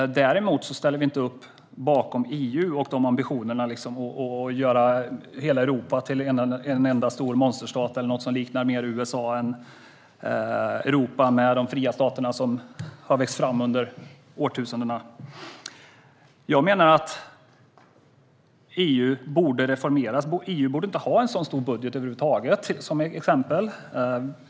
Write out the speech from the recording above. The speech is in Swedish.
Däremot sluter vi inte upp bakom EU och ambitionerna att göra hela Europa till en enda stor monsterstat eller något som mer liknar USA än Europa med dess fria stater som har växt fram under årtusenden. Jag menar att EU borde reformeras. EU borde inte ha en så stor budget över huvud taget, som exempel.